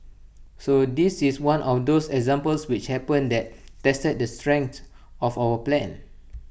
so this is one of those examples which happen that tested the strength of our plan